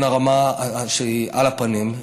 שהיא על הפנים,